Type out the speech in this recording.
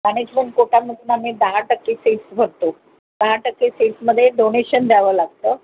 management कोटामधून आम्ही दहा टक्के सीट्स भरतो दहा टक्के सीट्समध्ये डोनेशन द्यावं लागतं